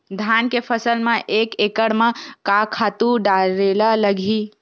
धान के फसल म एक एकड़ म का का खातु डारेल लगही?